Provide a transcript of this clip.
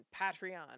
Patreon